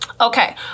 Okay